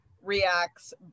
reacts